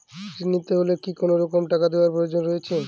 ঋণ নিতে হলে কি কোনরকম টাকা দেওয়ার প্রয়োজন রয়েছে?